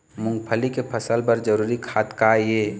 मूंगफली के फसल बर जरूरी खाद का ये?